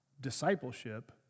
discipleship